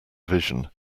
vision